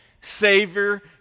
Savior